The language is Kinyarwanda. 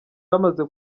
bamaze